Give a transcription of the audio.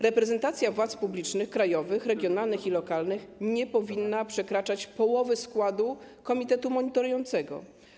Reprezentacja władz publicznych, krajowych, regionalnych i lokalnych nie powinna przekraczać połowy składu komitetu monitorującego.